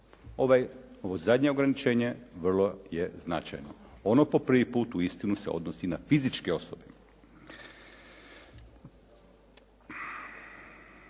Ovo zadnje ograničenje vrlo je značajno. Ono po prvi put uistinu se odnosi na fizičke osobe.